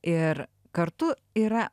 ir kartu yra